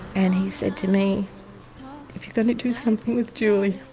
and he said to me if you're going to do something with julie